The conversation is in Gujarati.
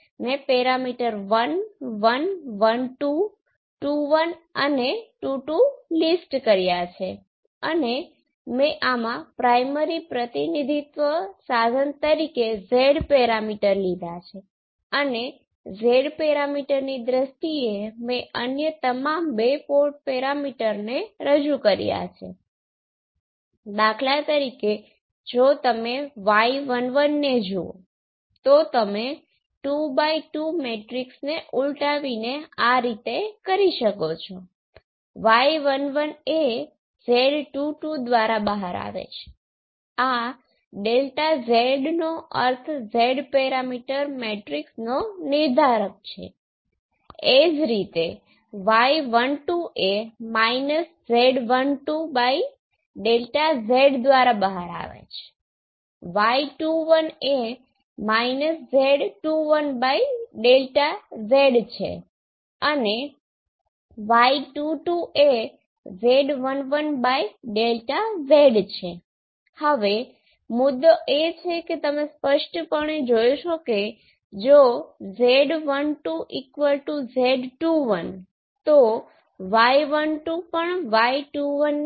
મેં જે કર્યું છે તે એ છે કે મેં દરેક કિસ્સામાં Vd ને ધ્યાનમાં લીધો છે પ્રથમ કિસ્સામાં તે Vi V ભાંગ્યા k હતું ઓપ એમ્પ એક આદર્શ ઓપ એમ્પ બનવાનું વલણ ધરાવે છે એ રીતે બંને કિસ્સાઓમાં V ભાંગ્યા Vi બરાબર k હશે કારણ કે અહીં આ પદ અથવા ત્યાં આ પદ ફક્ત અદૃશ્ય થઈ જાય છે અને k ભાંગ્યા